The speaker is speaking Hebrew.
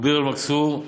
ביר אל-מכסור,